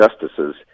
justices